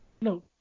No